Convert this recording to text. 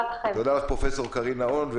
פרופסור קרין נהון.